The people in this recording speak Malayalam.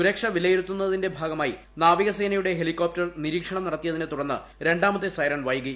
സുരക്ഷ വിലയിരുത്തുന്നതിന്റെ ഭാഗമായി നാവികസേനയുടെ ഹെലികോപ്റ്റർ നിരീക്ഷണം നടത്തിയതിനെ തുടർന്ന് രണ്ടാമത്തെ സൈറൺ വൈകി